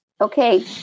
Okay